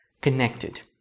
connected